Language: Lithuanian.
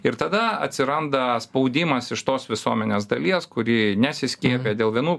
ir tada atsiranda spaudimas iš tos visuomenės dalies kuri nesiskiepija dėl vienų